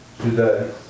today